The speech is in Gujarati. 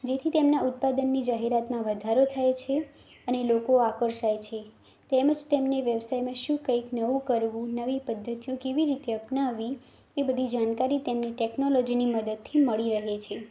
જેથી તેમના ઉત્પાદનની જાહેરાતમાં વધારો થાય છે અને લોકો આકર્ષાય છે તેમજ તેમને વ્યવસાયમાં શું કંઇક નવું કરવું નવી પદ્ધતિ કેવી રીતે અપનાવવી એ બધી જાણકારી તેમને ટૅકનોલોજીની મદદથી મળી રહે છે